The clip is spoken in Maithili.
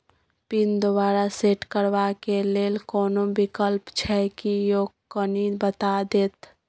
पिन दोबारा सेट करबा के लेल कोनो विकल्प छै की यो कनी बता देत?